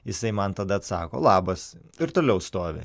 jisai man tada atsako labas ir toliau stovi